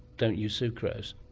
don't use sucrose.